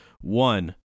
One